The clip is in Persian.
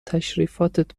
تشریفاتت